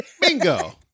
Bingo